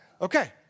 okay